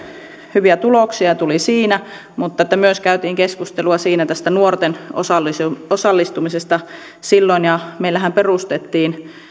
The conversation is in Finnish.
hyviä tuloksia tuli siinä mutta myös käytiin keskustelua siinä silloin tästä nuorten osallistumisesta ja meillähän perustettiin